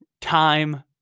time